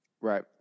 Right